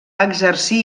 exercir